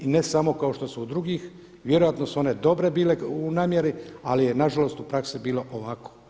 Ne samo što su kod drugih, vjerojatno su one dobre bile u namjeri ali je na žalost u praksi bilo ovako.